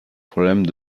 problème